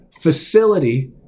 Facility